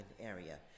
area